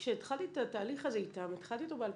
כשהתחלתי את התהליך הזה איתם, התחלתי אותו ב-2015.